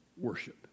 worship